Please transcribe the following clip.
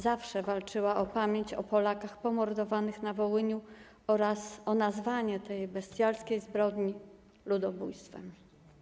Zawsze walczyła o pamięć o Polakach pomordowanych na Wołyniu oraz o nazwanie ten bestialskiej zbrodni ludobójstwem.